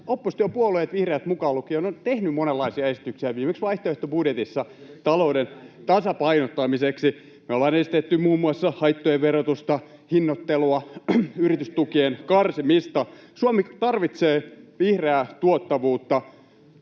oppositiopuolueet vihreät mukaan lukien ovat tehneet monenlaisia esityksiä talouden tasapainottamiseksi, viimeksi vaihtoehtobudjetissa. [Juho Eerola: Esimerkiksi eläkeläisille!] Me ollaan esitetty muun muassa haittojen verotusta, hinnoittelua, yritystukien karsimista. Suomi tarvitsee vihreää tuottavuutta